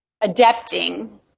adapting